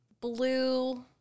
blue